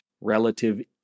relative